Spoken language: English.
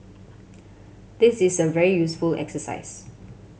this is a very useful exercise